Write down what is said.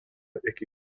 iki